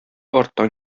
арттан